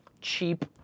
cheap